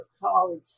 college